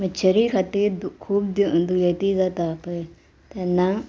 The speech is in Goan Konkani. मच्छरी खातीर खूब दुयेंती जाता पळय तेन्ना